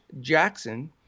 Jackson